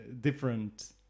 different